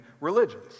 religions